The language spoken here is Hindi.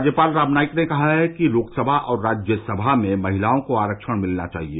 राज्यपाल राम नार्डक ने कहा है कि लोकसभा और राज्यसभा में महिलाओं को आरक्षण मिलना चाहिए